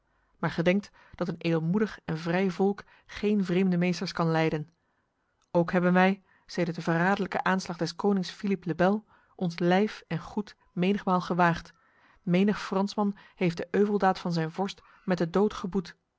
maar gedenkt dat een edelmoedig en vrij volk geen vreemde meesters kan lijden ook hebben wij sedert de verraderlijke aanslag des konings philippe le bel ons lijf en goed menigmaal gewaagd menig fransman heeft de euveldaad van zijn vorst met de